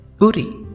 Uri